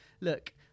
look